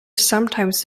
sometimes